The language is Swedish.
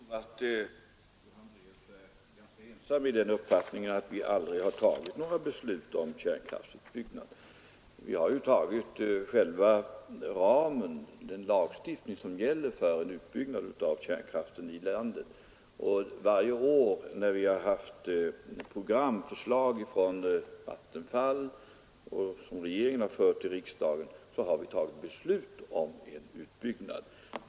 Fru talman! Jag hoppas och tror att fru Hambraeus är ganska ensam om uppfattningen att vi aldrig har tagit några beslut om kärnkraftut byggnad. Vi har fattat beslut om själva ramen — den lagstiftning som gäller för en utbyggnad av kärnkraften i landet — och varje år när regeringen har fört fram Vattenfalls förslag till riksdagen har vi fattat beslut om en utbyggnad.